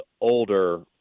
older